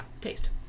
taste